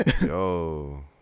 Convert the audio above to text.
Yo